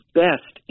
best